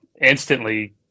instantly